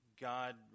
God